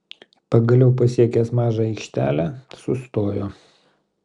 pagaliau pasiekęs mažą aikštelę sustojo